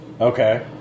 Okay